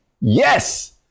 Yes